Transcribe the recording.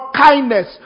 kindness